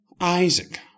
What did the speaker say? Isaac